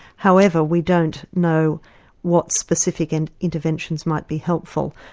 however, we don't know what specific and interventions might be helpful.